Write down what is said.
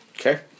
Okay